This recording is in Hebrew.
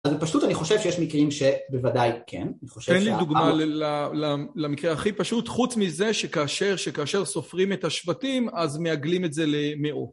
אז בפשוט אני חושב שיש מקרים שבוודאי כן, אני חושב ש... תן לי דוגמא למקרה הכי פשוט, חוץ מזה שכאשר סופרים את השבטים, אז מעגלים את זה למאות.